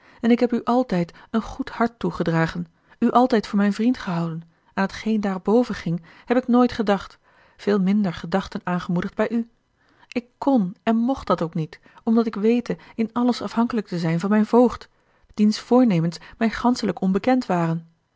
en ik heb u altijd een goed hart toegedragen u altijd voor mijn vriend gehouden aan t geen daarboven ging heb ik nooit gedacht veel minder gedachten aangemoedigd bij u ik kon en mocht dat ook niet omdat ik wete in alles afhankelijk te zijn van mijn voogd diens voornemens mij ganschelijk onbekend waren